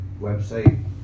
website